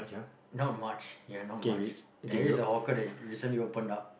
not much ya not much there is a hawker that recently opened up